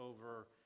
over